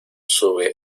sube